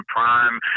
Prime